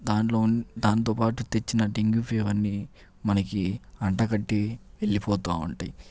దాంట్లో దాన్తోపాటు తెచ్చిన డెంగ్యూ ఫీవర్ ని మనకి అంటగట్టి వెళ్ళిపోతా ఉంటాయి